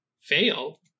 Fail